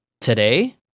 today